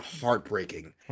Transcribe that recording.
heartbreaking